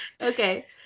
Okay